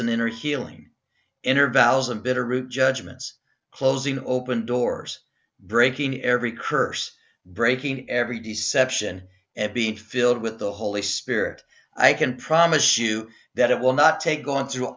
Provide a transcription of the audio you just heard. and inner healing in or val's of bitterroot judgments closing open doors breaking every curse breaking every deception and be filled with the holy spirit i can promise you that it will not take going through